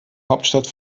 hauptstadt